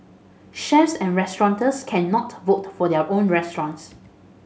chefs and restaurateurs cannot vote for their own restaurants